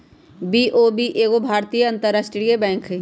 BOB एगो भारतीय अंतरराष्ट्रीय बैंक हइ